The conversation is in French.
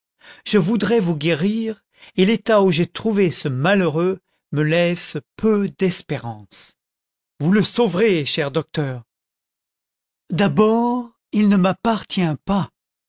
je voudrais vous guérir et l'état où j'ai trouvé ce malheureux me laisse peu d'espérance vous le sauverez cher docteur d'abord il ce m'appartient pas